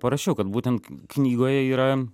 parašiau kad būtent knygoje yra